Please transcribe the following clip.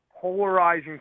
polarizing